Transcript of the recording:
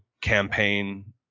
campaign